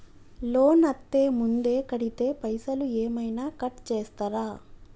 Loan అత్తే ముందే కడితే పైసలు ఏమైనా కట్ చేస్తరా?